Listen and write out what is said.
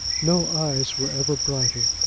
no eyes were ever brighter,